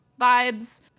vibes